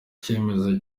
icyemezo